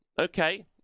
Okay